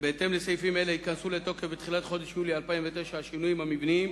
אלה ייכנסו לתוקף בתחילת חודש יולי 2009 השינויים המבניים